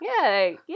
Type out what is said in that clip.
Yay